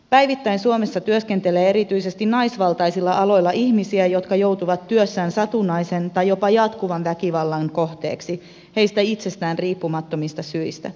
päivittäin suomessa työskentelee erityisesti naisvaltaisilla aloilla ihmisiä jotka joutuvat työssään satunnaisen tai jopa jatkuvan väkivallan kohteeksi heistä itsestään riippumattomista syistä